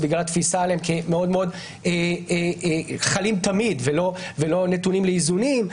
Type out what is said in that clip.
בגלל התפיסה עליהם כחלים תמיד ולא נתונים לאיזונים.